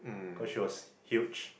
cause she was huge